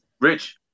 Rich